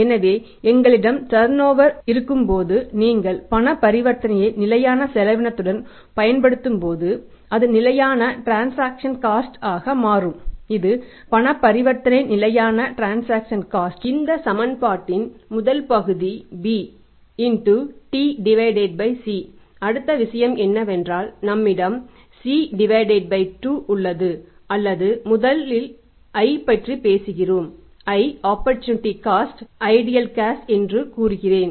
எனவே எங்களிடம் டர்நோவர என்று கூறுகிறேன்